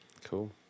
Cool